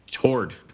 Hoard